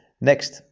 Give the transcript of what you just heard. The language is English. Next